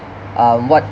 um what